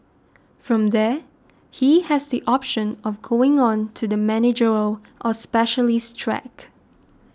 from there he has the option of going on to the managerial or specialist track